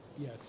Yes